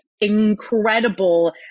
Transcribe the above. incredible